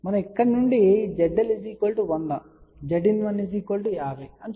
మనం ఇక్కడ నుండి ZL 100 Zin1 50 అని చూడవచ్చు